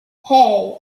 hey